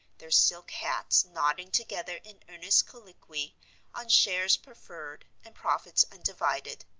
their silk hats nodding together in earnest colloquy on shares preferred and profits undivided.